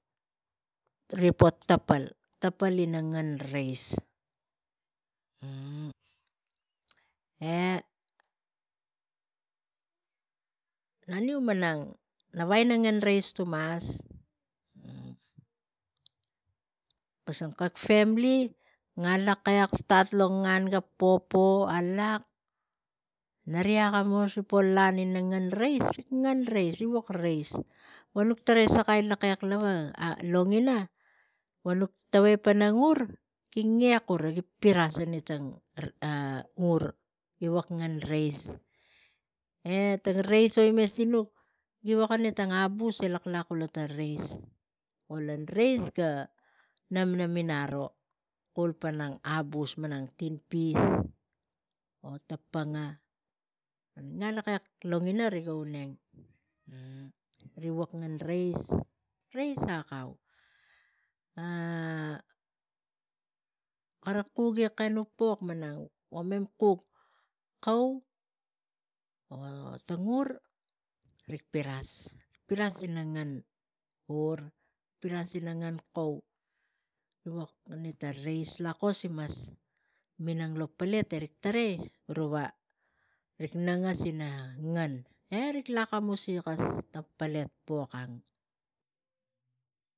Riga po tapal ina ngen reis e naniu malang nak vagai ina ngen reis as kisang kak femili riga lakek lo ngan ga popo alak neri akamus po lan ina ngen reis. Rik ngen reis, rik vuk reis vo nuk tarai sakai pana ur ge ngek asani tang ur gi vuk ngen reis e tang reis nuk vukani abus gura e laklak kula reis, kula reis ga namnamin aro kul pan abus tang tinpis o tang panga rik ngalakek logina ga auneng ri vuk ngen reis, reis akau a kara kugi pok malang mem kug kau, o tang ur, rik piras, piras ina ngen ur e ina kau rik vuk ani reis lakos imas inang lo pele vogi reis guruva rik nangas ina ngen akamusi tang pelet pok ang.